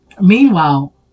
Meanwhile